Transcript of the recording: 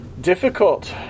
difficult